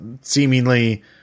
seemingly